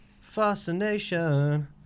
fascination